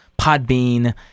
Podbean